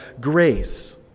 grace